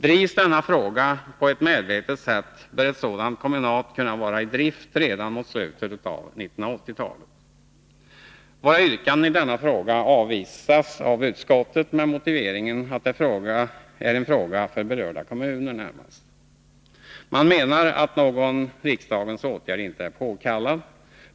Drivs denna fråga på ett medvetet sätt, bör ett sådant kombinat kunna vara i drift redan mot slutet på 1980-talet. Våra yrkanden i denna fråga avvisas av utskottet med motiveringen att det är en fråga för de berörda kommunerna. Man menar att någon riksdagens åtgärd inte är påkallad.